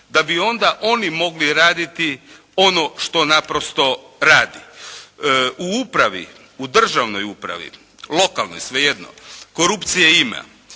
da bi onda oni mogli raditi ono što naprosto radi. U upravi, u državnoj upravi, u lokalnoj svejedno korupcije ima